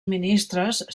ministres